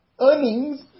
earnings